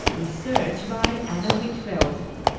research by anna whitfeld,